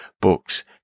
books